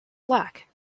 black